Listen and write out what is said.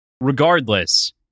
regardless